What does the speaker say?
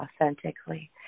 authentically